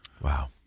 Wow